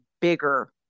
bigger